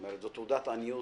זו תעודת עניות